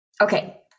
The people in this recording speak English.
Okay